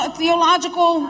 theological